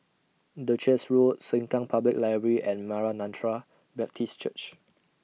Duchess Road Sengkang Public Library and Maranatha Baptist Church